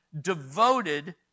devoted